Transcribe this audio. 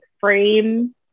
frame